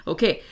Okay